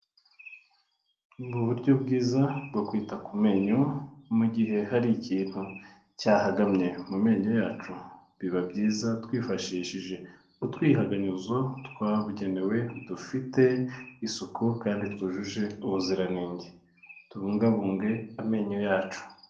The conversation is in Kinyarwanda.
Mu buryo bwiza bwo kwita ku menyo mu gihe hari ikintu cyahagamye mu menyo yacu, biba byiza twifashishije utwihaganyuzo twabugenewe dufite isuku, kandi twujuje ubuziranenge, tubungabunge amenyo yacu.